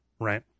right